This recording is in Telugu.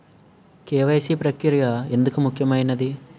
కే.వై.సీ ప్రక్రియ ఎందుకు ముఖ్యమైనది?